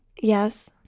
Yes